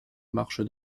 marche